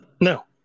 No